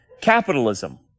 capitalism